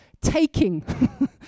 taking